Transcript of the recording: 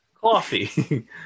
Coffee